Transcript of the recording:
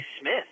Smith